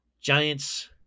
giants